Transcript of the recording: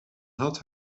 had